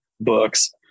books